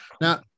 now